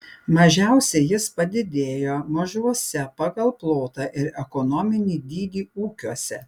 mažiausiai jis padidėjo mažuose pagal plotą ir ekonominį dydį ūkiuose